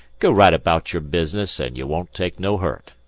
go right abaout your business an' you won't take no hurt.